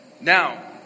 Now